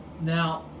Now